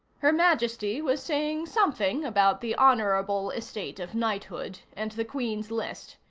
her majesty was saying something about the honorable estate of knighthood, and the queen's list.